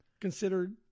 considered